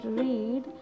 read